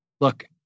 look